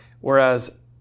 Whereas